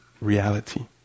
reality